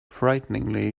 frighteningly